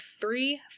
three